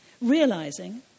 Realizing